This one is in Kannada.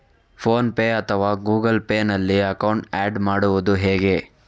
ಫೋನ್ ಪೇ ಅಥವಾ ಗೂಗಲ್ ಪೇ ನಲ್ಲಿ ಅಕೌಂಟ್ ಆಡ್ ಮಾಡುವುದು ಹೇಗೆ?